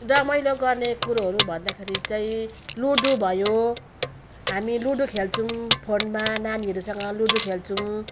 रमाइलो गर्ने कुरोहरू भन्दाखेरि चाहिँ लुडो भयो हामी लुडो खेल्छौँ फोनमा नानीहरूसँग लुडो खेल्छौँ